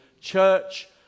church